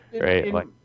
Right